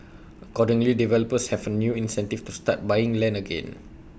accordingly developers have A new incentive to start buying land again